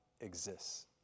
exists